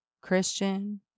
Christian